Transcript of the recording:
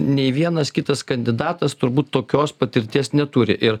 nei vienas kitas kandidatas turbūt tokios patirties neturi ir